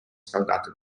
scaldate